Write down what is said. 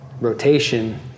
rotation